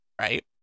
right